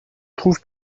trouve